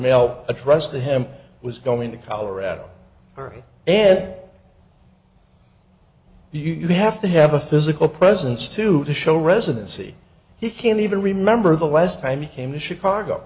mail addressed to him was going to colorado and you'd have to have a physical presence to show residency he can't even remember the last time he came to chicago